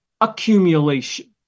accumulation